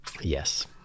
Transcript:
Yes